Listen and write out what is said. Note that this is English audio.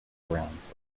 grounds